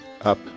up